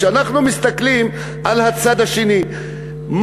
כשאנחנו מסתכלים על הצד השני,